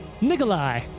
Nikolai